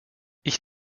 ich